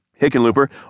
Hickenlooper